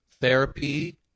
Therapy